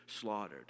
slaughtered